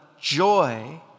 joy